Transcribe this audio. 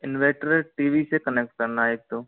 inverter T V से connect करना है एक तो